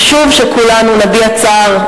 חשוב שכולנו נביע צער.